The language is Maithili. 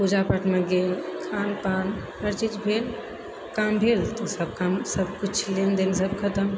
पूजा पाठमे गेल खान पान हरचीज भेल काम भेल तऽ सबकाम सबकिछु लेन देन सब खतम